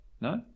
no